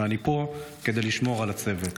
ואני פה כדי לשמור על הצוות.